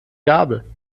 gabel